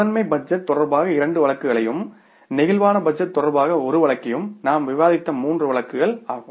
முதன்மை பட்ஜெட் தொடர்பாக இரண்டு வழக்குகளையும் பிளேக்சிபிள் பட்ஜெட் தொடர்பாக ஒரு வழக்கையும் நாம் விவாதித்த மூன்று வழக்குகள் வழக்குகள் ஆகும்